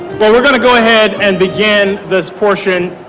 but we're going to go ahead and begin this portion.